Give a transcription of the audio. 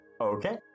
Okay